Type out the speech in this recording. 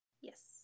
Yes